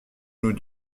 nous